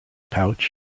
pouch